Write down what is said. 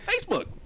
Facebook